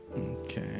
okay